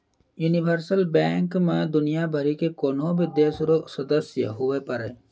universal bank मे दुनियाँ भरि के कोन्हो भी देश रो सदस्य हुवै पारै